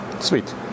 Sweet